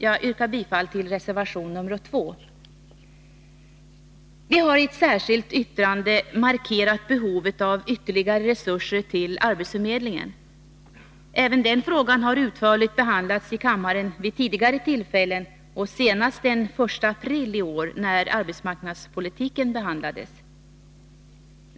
Jag yrkar bifall till reservation nr 2. Vi har i ett särskilt yttrande markerat behovet av ytterligare resurser till arbetsförmedlingen. Även den frågan har utförligt behandlats i kammaren vid tidigare tillfällen och senast den 1 april i år, då arbetsmarknadspolitiken behandlades.